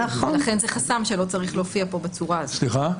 נכון.